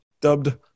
dubbed